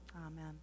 Amen